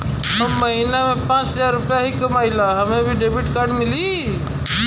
हम महीना में पाँच हजार रुपया ही कमाई ला हमे भी डेबिट कार्ड मिली?